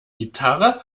gitarre